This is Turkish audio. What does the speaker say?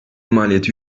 maliyeti